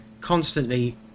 constantly